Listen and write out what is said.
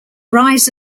rise